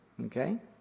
Okay